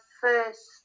first